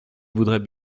voudraient